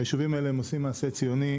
היישובים האלה עושים מעשה ציוני,